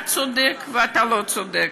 אתה צודק ואתה לא צודק,